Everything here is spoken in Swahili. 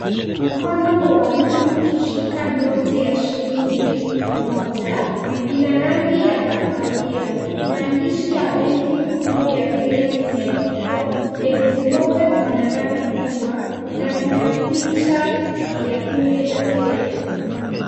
Mkono wa mtu ukishika noti ya shilingi elfu moja, ina rangi ya kahawia. Maandishi ya benki kuu ya Kenya zimeandikwa elfu moja kwa nambari kubwa na zina picha ya bunge la Kenya.